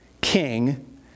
king